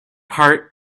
part